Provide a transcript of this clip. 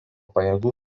pajėgų